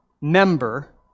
member